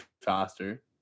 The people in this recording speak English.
faster